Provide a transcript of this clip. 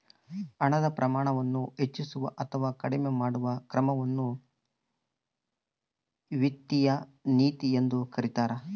ಹಣದ ಪ್ರಮಾಣವನ್ನು ಹೆಚ್ಚಿಸುವ ಅಥವಾ ಕಡಿಮೆ ಮಾಡುವ ಕ್ರಮವನ್ನು ವಿತ್ತೀಯ ನೀತಿ ಎಂದು ಕರೀತಾರ